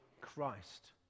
Christ